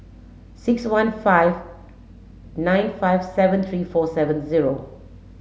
six one five nine five seven three four seven zero